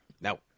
No